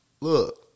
Look